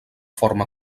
forma